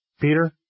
Peter